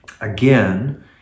Again